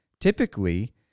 Typically